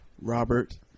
Robert